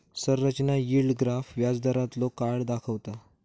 संरचना yield graph व्याजदारांतलो काळ दाखवता